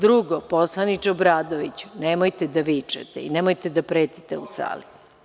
Drugo, poslaniče Obradoviću, nemojte da vičete i nemojte da pretite u sali.